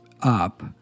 up